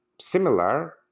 similar